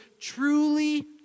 truly